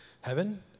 heaven